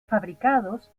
fabricados